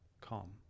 calm